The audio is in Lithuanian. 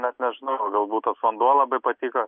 net nežinau galbūt tas vanduo labai patiko